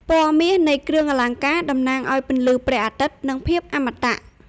ពណ៌មាសនៃគ្រឿងអលង្ការតំណាងឱ្យពន្លឺព្រះអាទិត្យ និងភាពអមតៈ។